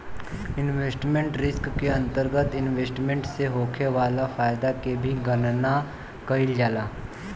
investment risk के अंतरगत investment से होखे वाला फायदा के भी गनना कईल जाला